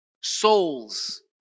souls